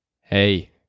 Hey